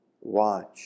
watch